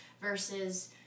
versus